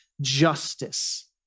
justice